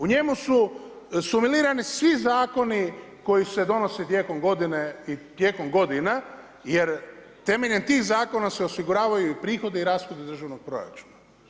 U njemu su sumilirani svi zakoni koji se donose tijekom godine i tijekom godina jer temeljem tih zakona se osiguravaju i prihodi i rashodi državnog proračuna.